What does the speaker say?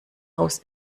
haus